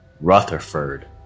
Rutherford